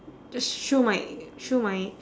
just show my show my